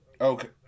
Okay